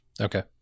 okay